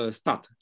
stat